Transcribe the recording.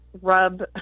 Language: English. rub